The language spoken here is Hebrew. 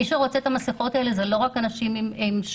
מי שרוצה את המסכות האלה הם לא רק אנשים עם לקויות